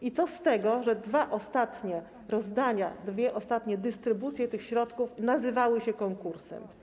I co z tego, że dwa ostatnie rozdania, dwie ostatnie dystrybucje tych środków nazywały się konkursem?